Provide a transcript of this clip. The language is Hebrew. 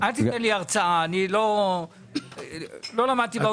אל תיתן לי הרצאה, אני לא למדתי באוניברסיטה.